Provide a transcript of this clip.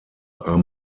are